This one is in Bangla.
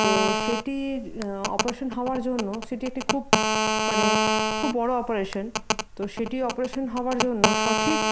তো সেটির অপারেশান হওয়ার জন্য সেটি একটি খুব মানে খুব বড়ো অপারেশান তো সেটি অপারেশান হওয়ার জন্য সঠিক